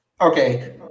Okay